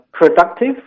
productive